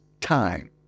time